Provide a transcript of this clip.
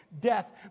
death